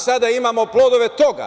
Sada imamo plodove toga.